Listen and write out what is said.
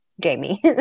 Jamie